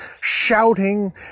shouting